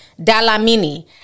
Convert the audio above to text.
Dalamini